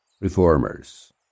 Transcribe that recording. reformers